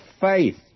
faith